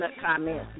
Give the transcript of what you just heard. comments